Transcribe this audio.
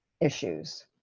issues